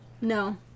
No